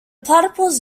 platypus